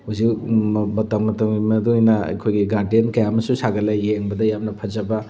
ꯍꯧꯖꯤꯛ ꯃꯇꯝ ꯃꯇꯝꯒꯤ ꯃꯇꯨꯡꯏꯟꯅ ꯑꯩꯈꯣꯏꯒꯤ ꯒꯥꯔꯗꯦꯟ ꯀꯌꯥ ꯑꯃꯁꯨ ꯁꯥꯒꯠꯂꯛꯑꯦ ꯌꯦꯡꯕꯗ ꯌꯥꯝꯅ ꯐꯖꯕ